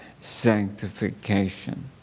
sanctification